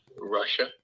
Russia